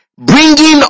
Bringing